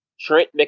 Trent